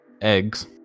eggs